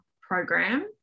program